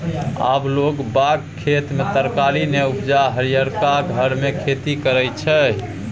आब लोग बाग खेत मे तरकारी नै उपजा हरियरका घर मे खेती करय छै